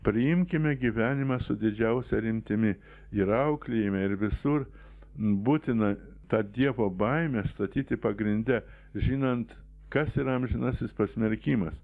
priimkime gyvenimą su didžiausia rimtimi ir auklėjime ir visur būtina tą dievo baimę statyti pagrinde žinant kas yra amžinasis pasmerkimas